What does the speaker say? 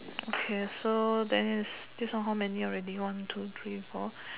okay so there's this one how many already one two three four